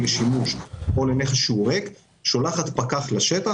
לשימוש או לנכס ריק שולחת פקח לשטח.